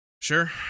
Sure